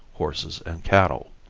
horses and cattle.